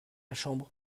chambre